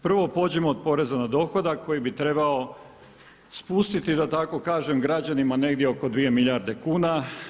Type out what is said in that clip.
Prvo pođimo od poreza na dohodak koji bi trebao spustiti, da tako kažem, građanima negdje oko dvije milijarde kuna.